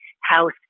House